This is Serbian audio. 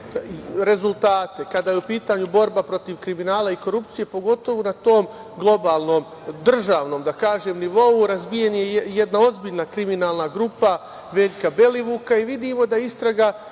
rezultate kada je u pitanju borba protiv kriminala i korupcije, pogotovu na tom globalnom, državnom, da kažem, nivou. Razbijena je jedna ozbiljna kriminalna grupa Veljka Belivuka. Vidimo da istraga